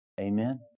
Amen